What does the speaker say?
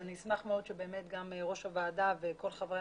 אני אשמח מאוד שגם ראש הוועדה וכל חברי